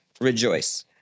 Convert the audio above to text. rejoice